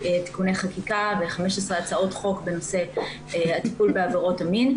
תיקוני חקיקה ו-15 הצעות חוק בנושא הטיפול בעבירות המין,